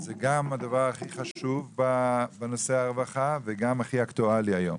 זה גם הדבר הכי חשוב בנושא הרווחה וגם הכי אקטואלי היום,